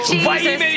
Jesus